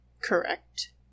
Correct